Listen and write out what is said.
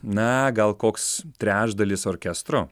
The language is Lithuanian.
na gal koks trečdalis orkestro